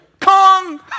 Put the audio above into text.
kong